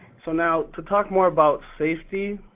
so now to talk more about safety,